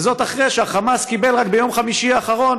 וזאת אחרי שהחמאס קיבל רק ביום חמישי האחרון